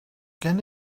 gen